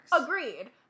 Agreed